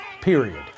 period